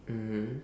mmhmm